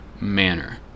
manner